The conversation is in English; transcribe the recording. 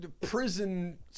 prison